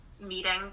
meetings